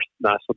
national